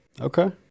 Okay